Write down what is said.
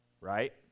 right